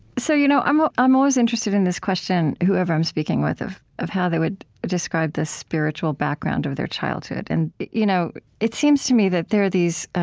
so you know i'm ah i'm always interested in this question, whoever i'm speaking with, of of how they would describe the spiritual background of their childhood. and you know it seems to me that there are these